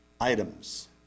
items